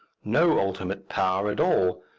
no ultimate power at all,